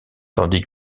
tandis